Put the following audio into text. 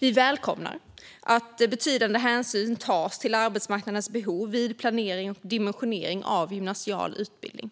Vi välkomnar att betydande hänsyn tas till arbetsmarknadens behov vid planering och dimensionering av gymnasial utbildning.